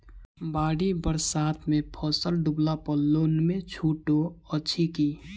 बाढ़ि बरसातमे फसल डुबला पर लोनमे छुटो अछि की